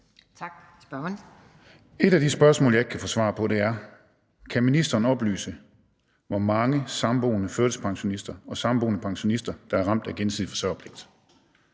Et af de spørgsmål, som jeg ikke kan få svar på, er: Kan ministeren oplyse, hvor mange samboende førtidspensionister og samboende pensionister, der er ramt af gensidig forsørgerpligt?